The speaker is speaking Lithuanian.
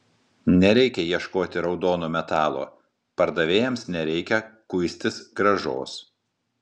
nereikia ieškoti raudono metalo pardavėjams nereikia kuistis grąžos